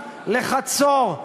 לחצור,